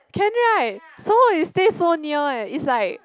can right some more we stay so near eh it's like